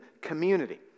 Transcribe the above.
community